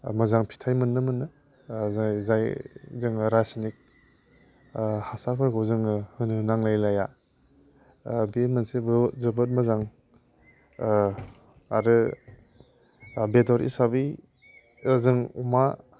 मोजां फिथाइ मोननो मोनो जाय जोङो रासायनिक हासारफोरखौ जोङो होनो नांलाय लाया बे मोनसेखौ जोबोद मोजां आरो बेदर हिसाबै जों अमा